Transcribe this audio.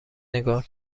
نگاه